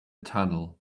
tunnel